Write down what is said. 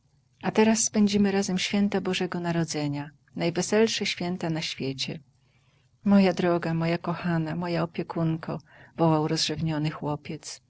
a teraz spędzimy razem święta bożego nadodzenianarodzenia najweselsze święta na świecie moja droga moja kochana moja opiekunko wołał rozrzewniony chłopiec